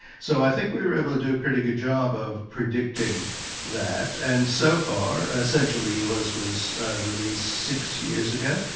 so i think we were able to do a pretty good job of predicting that, and so far, essentially it was released six years ago,